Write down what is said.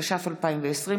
התש"ף 2020,